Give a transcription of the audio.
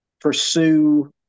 pursue